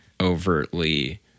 overtly